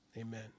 Amen